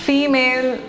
Female